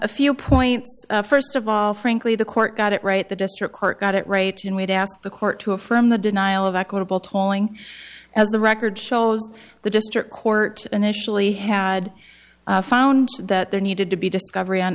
a few points first of all frankly the court got it right the district court got it right and we'd asked the court to affirm the denial of equitable tolling as the record shows the district court initially had found that there needed to be discovery